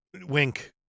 Wink